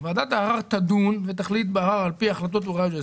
"ועדת הערר תדון ותחליט בערר על פי טענות וראיות ...